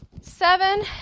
Seven